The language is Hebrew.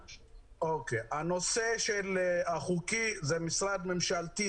הנושא של החוקי זה משרד ממשלתי,